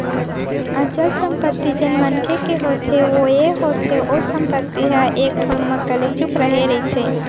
अचल संपत्ति जेन मनखे के होथे ओ ये होथे ओ संपत्ति ह एक ठउर म कलेचुप रहें रहिथे